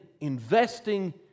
investing